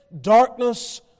darkness